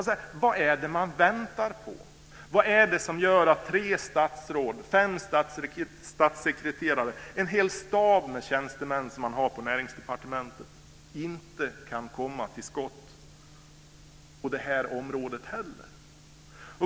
Vad väntar man på? Vad är det som gör att tre statsråd, fem statssekreterare och en hel stab med tjänstemän på Näringsdepartementet inte kan komma till skott på det här området heller?